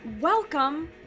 welcome